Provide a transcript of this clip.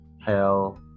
hell